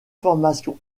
formation